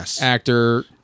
actor